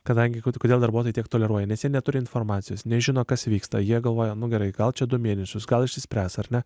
kadangi kodėl darbuotojai tiek toleruoja nes jie neturi informacijos nežino kas vyksta jie galvoja nu gerai gal čia du mėnesius gal išsispręs ar ne